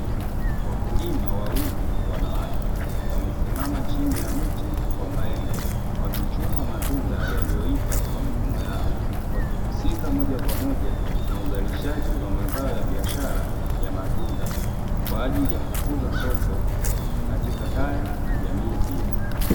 Wakulima wawili wanawake wamesimama chini ya mti wa maembe wakichuma matunda yaliyoiva kwa mikono yao, wakihusika moja kwa moja na uzalishaji wa mazao ya biashara ya matunda kwa ajili ya kukuza soko katika kaya na jamii pia.